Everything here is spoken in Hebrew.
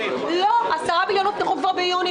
10 מיליון שקלים הובטחו כבר ביוני,